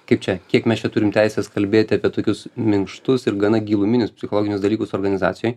kaip čia kiek mes čia turim teisės kalbėti apie tokius minkštus ir gana giluminius psichologinius dalykus organizacijoj